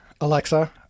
Alexa